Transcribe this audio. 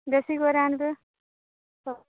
বেশি করে আনবে